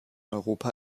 europa